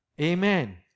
Amen